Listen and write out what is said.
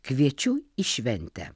kviečiu į šventę